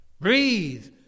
Breathe